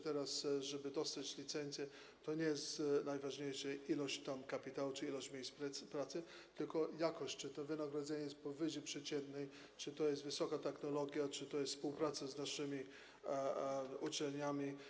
Teraz, żeby dostać licencję, nie jest najważniejsza ilość kapitału czy ilość miejsc pracy, tylko jakość, czy wynagrodzenie jest powyżej przeciętnej, czy jest wysoka technologia, czy jest współpraca z naszymi uczelniami.